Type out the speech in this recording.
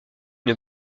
une